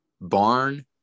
barn